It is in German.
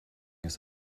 ist